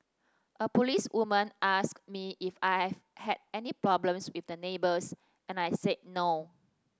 a policewoman asked me if I've had any problems with my neighbours and I said no